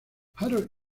harold